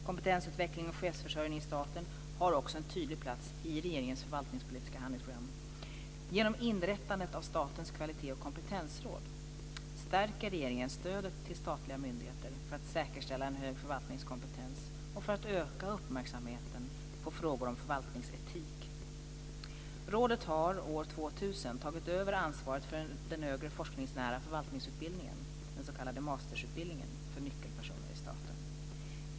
Kompetensutveckling och chefsförsörjning i staten har också en tydlig plats i regeringens förvaltningspolitiska handlingsprogram. Genom inrättandet av Statens kvalitets och kompetensråd stärker regeringen stödet till statliga myndigheter för att säkerställa en hög förvaltningskompetens och öka uppmärksamheten på frågor om förvaltningsetik. Rådet har år 2000 tagit över ansvaret för den högre forskningsnära förvaltningsutbildningen, den s.k. masterutbildningen, för nyckelpersoner i staten.